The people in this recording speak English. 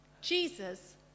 Jesus